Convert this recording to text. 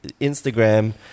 Instagram